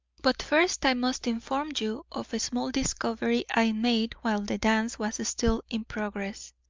but first i must inform you of a small discovery i made while the dance was still in progress.